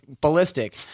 ballistic